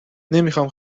نمیخام